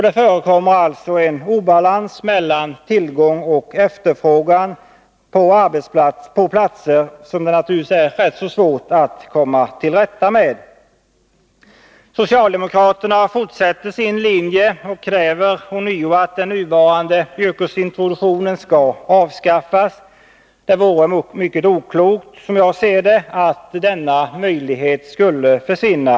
Det förekommer alltså en obalans mellan tillgång och efterfrågan på platser som det naturligtvis är svårt att komma till rätta med. Socialdemokraterna fortsätter sin linje och kräver ånyo att den nuvarande yrkesintroduktionen skall avskaffas. Det vore mycket oklokt att låta denna möjlighet försvinna.